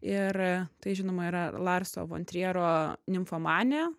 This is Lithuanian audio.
ir tai žinoma yra larso von triero nimfomanė